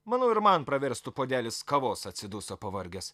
manau ir man praverstų puodelis kavos atsiduso pavargęs